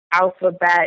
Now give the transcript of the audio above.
alphabet